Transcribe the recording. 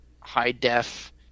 high-def